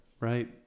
right